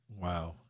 Wow